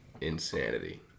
insanity